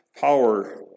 power